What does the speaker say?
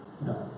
No